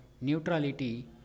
Neutrality